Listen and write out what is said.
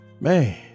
Man